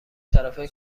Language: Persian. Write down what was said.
طرفه